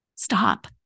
Stop